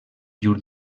llur